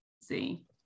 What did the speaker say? See